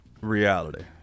reality